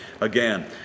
again